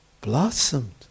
blossomed